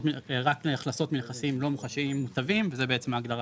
רק מהכנסות מנכסים לא מוחשיים מוטבים וזה בעצם ההגדרה